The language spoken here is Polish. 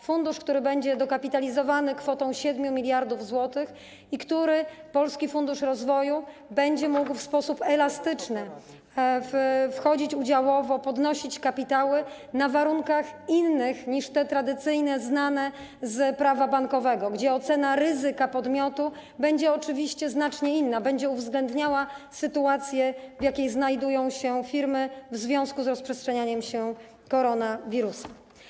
Fundusz, który będzie dokapitalizowany kwotą 7 mld zł i w przypadku którego polski fundusz rozwoju będzie mógł w sposób elastyczny wchodzić udziałowo, podnosić kapitały na warunkach innych niż te tradycyjne, znane z Prawa bankowego, gdzie ocena ryzyka podmiotu będzie oczywiście znacznie inna, będzie uwzględniała sytuację, w jakiej znajdują się firmy w związku z rozprzestrzenianiem się koronawirusa.